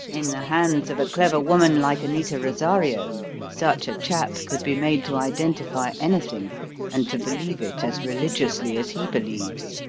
in the hands of a clever woman like anita rosario such a chap could be made to identify anything and to believe it as religiously as he believes.